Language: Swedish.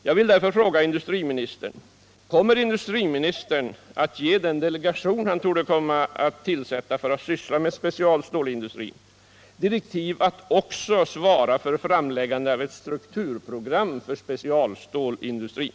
Jag vill därför fråga industriministern: Kommer industriministern att ge den delegation, som han torde komma att tillsätta för att syssla med specialstålindustrin, direktiv att också svara för framläggande av ett strukturprogram för specialstålindustrin?